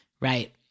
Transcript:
Right